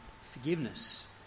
forgiveness